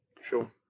sure